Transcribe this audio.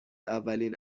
اولین